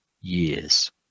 years